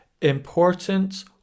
important